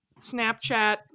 Snapchat